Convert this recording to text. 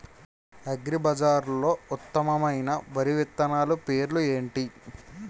అగ్రిబజార్లో ఉత్తమమైన వరి విత్తనాలు పేర్లు ఏంటి?